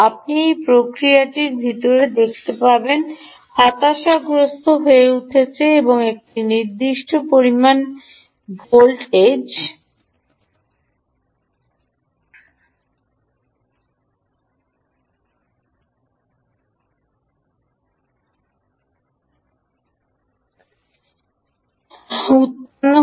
আপনি এই প্রক্রিয়াটি ভিতরে দেখতে পাবেন হতাশাগ্রস্ত হয়ে উঠছে এবং একটি নির্দিষ্ট পরিমাণ ভোল্টেজ উত্পন্ন হচ্ছে